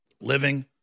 Living